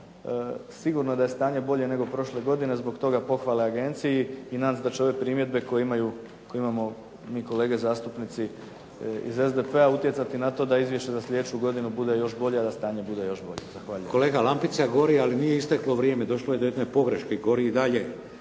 sigurno je da je stanje bolje nego prošle godine i zbog toga pohvala agenciji. I nadam se da će ove primjedbe koje imamo mi kolege zastupnici iz SDP-a utjecati na to izvješće za slijedeću godinu bude još bolje a da stanje bude još bolje. **Šeks, Vladimir (HDZ)** Kolega, lampica gori ali nije isteklo vrijeme. Došlo je do jedne pogreške, gori i dalje.